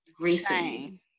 recently